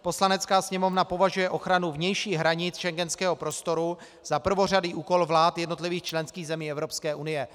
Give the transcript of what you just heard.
Poslanecká sněmovna považuje ochranu vnějších hranic schengenského prostoru za prvořadý úkol vlád jednotlivých členských zemí Evropské unie.